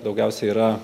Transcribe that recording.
daugiausiai yra